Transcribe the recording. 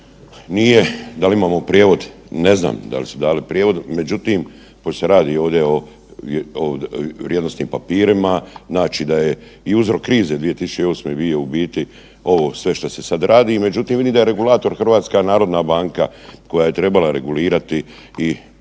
nije, dal imamo prijevod, ne znam dal su dali prijevod. Međutim, pošto se ovdje radi o vrijednosnim papirima znači da je i uzrok krize 2008. bio u biti ovo sve što se sad radi. Međutim, vidim da je regulator HNB koja je trebala regulirati i